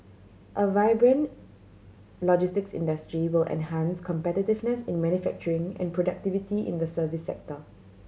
a vibrant logistics industry will enhance competitiveness in manufacturing and productivity in the service sector